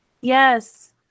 yes